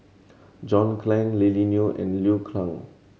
John Clang Lily Neo and Liu Kang